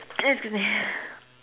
excuse me